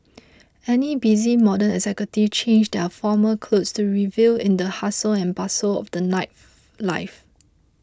any busy modern executives change their formal clothes to revel in the hustle and bustle of the Life life